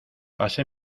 pasé